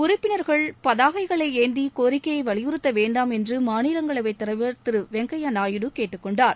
உறுப்பினர்கள் பதாகைகளை ஏந்தி கோரிக்கைகளை வலியுறுத்த வேண்டாம் என்று மாநிலங்களவைத் தலைவர் திரு வெங்கைய்யா நாயுடு கேட்டுக் கொண்டார்